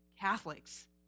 Catholics